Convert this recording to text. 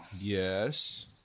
yes